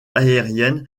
aériennes